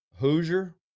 Hoosier